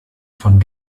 von